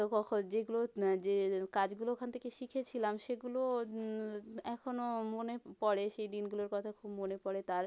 তো কখন যেগুলো যে কাজগুলো ওখান থেকে শিখেছিলাম সেগুলো এখনো মনে পড়ে সেই দিনগুলোর কথা খুব মনে পড়ে তার